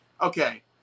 okay